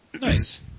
Nice